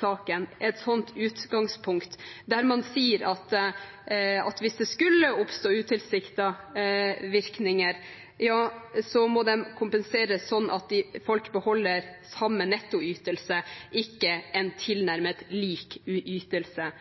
saken deler et slikt utgangspunkt, der man sier at hvis det skulle oppstå utilsiktede virkninger, må de kompenseres slik at folk «beholder samme nettoytelse, og ikke en tilnærmet lik ytelse».